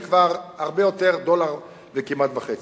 זה כבר הרבה יותר, כמעט דולר וחצי.